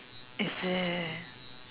is it